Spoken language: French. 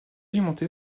alimenté